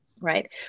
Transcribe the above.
right